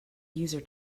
user